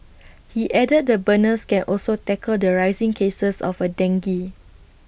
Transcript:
he added the burners can also tackle the rising cases of A dengue